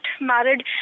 married